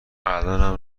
الانم